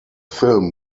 film